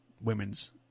Women's